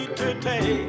today